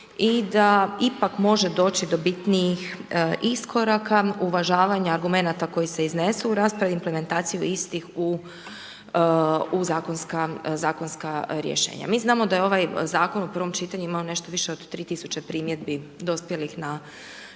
i da ipak može doći do bitnijih iskoraka, uvažavanje argumenata koje se iznesu u raspravi, implementaciju istih u zakonska rješenja. Mi znamo da je ovaj zakon u prvom čitanju, imao nešto više od 3000 primjedbi dospjelih na